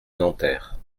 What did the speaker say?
nanterre